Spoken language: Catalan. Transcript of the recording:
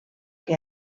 que